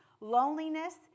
loneliness